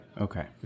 Okay